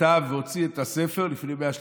וכתב והוציא את הספר לפני 130 שנה.